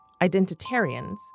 Identitarians